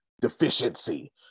deficiency